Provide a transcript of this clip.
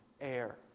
air